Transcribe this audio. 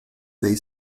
dei